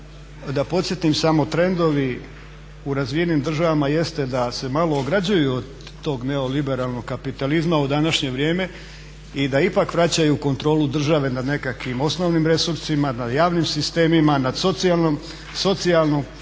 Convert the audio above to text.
Da podsjetim samo trendovi u razvijenim državama jeste da se malo ograđuju od tog neoliberalnog kapitalizma u današnje vrijeme i da ipak vraćaju kontrolu države na nekakvim osnovnim resursima, na javnim sistemima, nad socijalnom politikom,